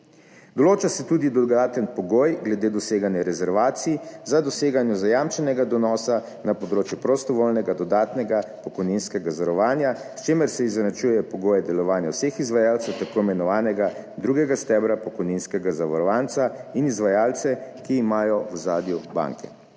Določa se tudi dodaten pogoj glede doseganja rezervacij za doseganje zajamčenega donosa na področju prostovoljnega dodatnega pokojninskega zavarovanja, s čimer se izenačuje pogoje delovanja vseh izvajalcev tako imenovanega drugega stebra pokojninskega zavarovanca in izvajalce, ki imajo v ozadju banke.